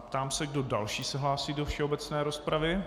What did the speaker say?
Ptám se, kdo další se hlásí do všeobecné rozpravy.